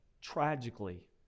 tragically